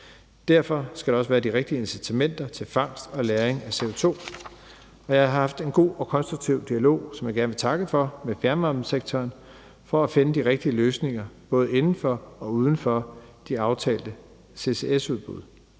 Derfor skal der også være de rigtige incitamenter til fangst og lagring af CO2. Jeg har haft en god og konstruktiv dialog, som jeg gerne takke for, med fjernvarmesektoren for at finde de rigtige løsninger, både inden for og uden for de aftalte ccs-udbud.